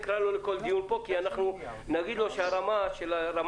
נקרא לו לכל דיון פה ונגיד לו שרמת המידע